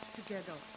together